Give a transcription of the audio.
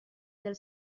del